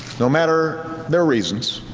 no matter their reasons,